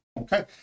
Okay